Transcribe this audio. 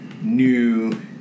new